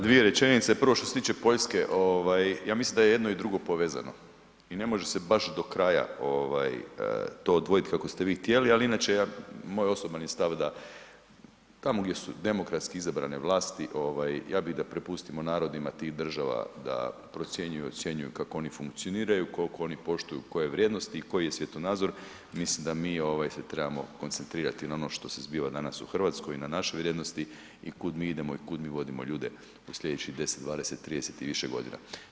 Dvije rečenice, prvo što se tiče Poljske, ovaj ja mislim da je i jedno i drugo povezano i ne može se baš do kraja ovaj to odvojit kako ste vi htjeli, ali inače ja, moj osoban je stav da tamo gdje su demokratski izabrane vlasti ovaj ja bi da prepustimo narodima tih država da procjenjuju, ocjenjuju kako oni funkcioniraju, kolko oni poštuju koje vrijednosti i koji je svjetonazor, mislim da mi ovaj se trebamo koncentrirati na ono što se zbiva danas u RH i na našoj vrijednosti i kud mi idemo i kud mi vodimo ljude u slijedećih 10, 20, 30 i više godina.